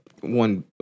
one